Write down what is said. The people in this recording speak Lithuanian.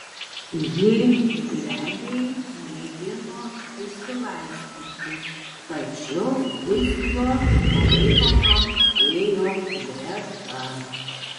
ji glebiai mėgino išsilaisvinti tačiau vis jo palaikoma ėjo greta